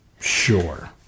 Sure